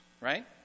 right